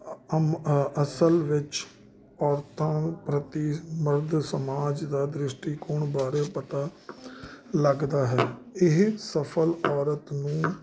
ਅ ਅਮ ਅ ਅਸਲ ਵਿੱਚ ਔਰਤਾਂ ਪ੍ਰਤੀ ਮਰਦ ਸਮਾਜ ਦਾ ਦ੍ਰਿਸ਼ਟੀਕੋਣ ਬਾਰੇ ਪਤਾ ਲੱਗਦਾ ਹੈ ਇਹ ਸਫ਼ਲ ਔਰਤ ਨੂੰ